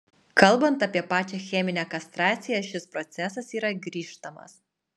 kalbant apie pačią cheminę kastraciją šis procesas yra grįžtamas